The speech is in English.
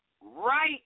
right